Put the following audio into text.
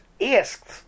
asked